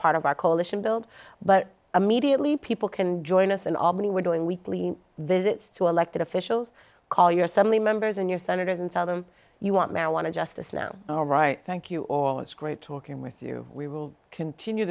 part of our coalition build but a mediately people can join us in albany we're doing weekly visits to elected officials call your suddenly members in your senators and tell them you want marijuana justice now all right thank you all it's great talking with you we will continue